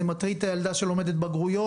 זה מטריד את הילדה שלומדת בגרויות,